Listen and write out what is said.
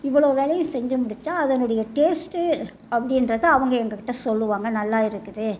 இவ்வளோ வேலையும் செஞ்சு முடிச்சால் அதனுடைய டேஸ்ட்டு அப்படின்றத அவங்க எங்கக்கிட்ட சொல்லுவாங்க நல்லா இருக்குது